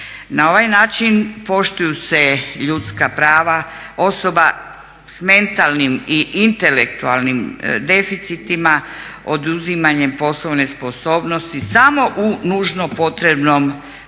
Na ovaj način poštuju se ljudska prava osoba s mentalnim i intelektualnim deficitima oduzimanjem poslovne sposobnosti samo u nužno potrebnom dijelu